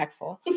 impactful